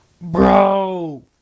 Bro